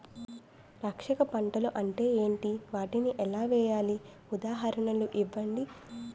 రక్షక పంటలు అంటే ఏంటి? వాటిని ఎలా వేయాలి? ఉదాహరణలు ఇవ్వండి?